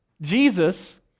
Jesus